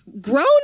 grown